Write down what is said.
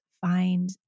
find